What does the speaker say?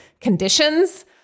conditions